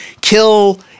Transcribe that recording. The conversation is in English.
kill